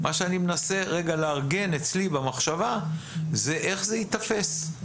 מה שאני מנסה רגע לארגן אצלי במחשבה זה איך זה ייתפס?